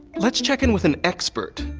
let's check in with an expert.